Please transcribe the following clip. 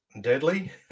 deadly